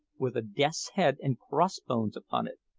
with a death's-head and cross-bones upon it.